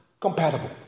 compatible